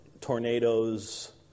tornadoes